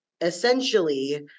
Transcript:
essentially